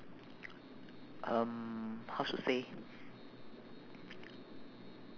um how to say